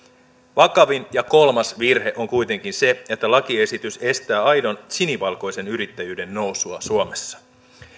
vakavin ja kolmas virhe on kuitenkin se että lakiesitys estää aidon sinivalkoisen yrittäjyyden nousua suomessa